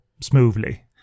smoothly